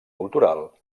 cultural